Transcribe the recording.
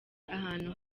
ahantu